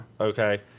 okay